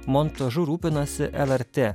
montažu rūpinasi lrt